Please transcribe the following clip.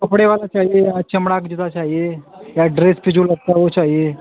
कपड़े वाला चाहिए या चमड़ा का जूता चाहिए या ड्रेस पर जो लगता है वो चाहिए